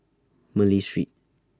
Malay Street